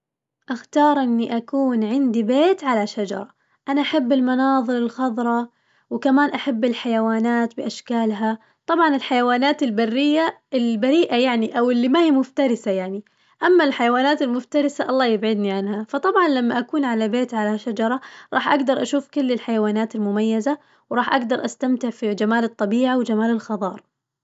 أختار إني أكون عندي بيت على شجرة، أنا أحب المناظر الخظرة وكمان أحب الحيوانات بأشكالها، طبعاً الحيوانات البرية البريئة يعني واللي ما هي مفترسة يعني، أما الحيوانات المفترسة الله يبعدني عنها، فطبعاً لما أكون على بيت على شجرة راح أقدر أشوف كل الحيوانات المميزة وراح أقدر أستمتع في جمال الطبيعة وجمال الخظار.